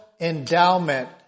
endowment